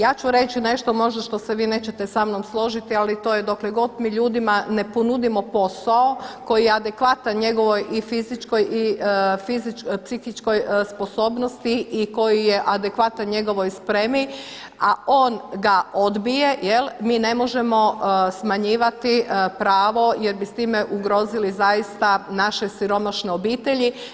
Ja ću reći nešto možda što se vi nećete sa mnom složiti, ali to je dokle god mi ljudima ne ponudimo posao koji je adekvatan njegovoj i fizičkoj i psihičkoj sposobnosti i koji je adekvatan njegovoj spremi, a on ga odbije mi ne možemo smanjivati pravo jer bi s time ugrozili zaista naše siromašne obitelji.